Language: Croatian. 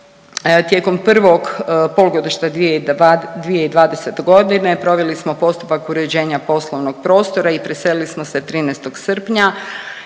tijekom prvog polugodišta 2020.g. proveli smo postupak uređenja poslovnog prostora i preselili smo se 13. srpnja,